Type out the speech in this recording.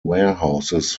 warehouses